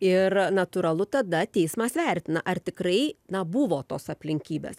ir natūralu tada teismas vertina ar tikrai na buvo tos aplinkybės